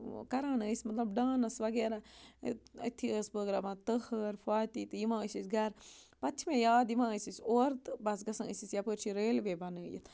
کران ٲسۍ مطلب ڈانٕس وغیرہ أتھی ٲسۍ بٲگراوان تٔہَر فاتہِ تہٕ یِوان ٲسۍ أسۍ گَرٕ پَتہٕ چھِ مےٚ یاد یِوان ٲسۍ أسۍ اورٕ تہٕ بَس گژھان ٲسۍ أسۍ یَپٲرۍ چھِ ریلوے بَنٲیِتھ